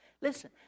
Listen